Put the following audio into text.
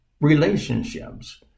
relationships